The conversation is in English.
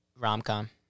Rom-com